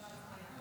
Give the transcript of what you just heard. תודה רבה.